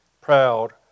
proud